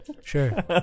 Sure